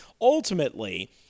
Ultimately